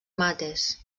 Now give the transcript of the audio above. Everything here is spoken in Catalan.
mates